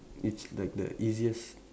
it's like the easiest